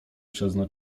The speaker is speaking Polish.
przezna